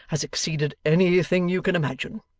has exceeded anything you can imagine,